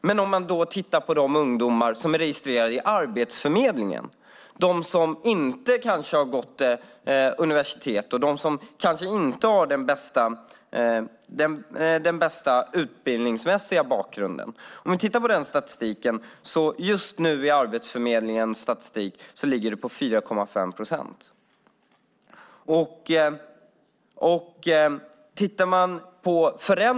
Tittar vi däremot på statistiken för de ungdomar som är registrerade på Arbetsförmedlingen och som inte har gått på universitet och inte har den bästa utbildningsmässiga bakgrunden ligger arbetslösheten för dem just nu på 4,5 procent.